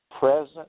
present